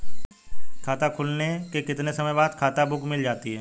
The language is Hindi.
खाता खुलने के कितने समय बाद खाता बुक मिल जाती है?